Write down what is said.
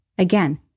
Again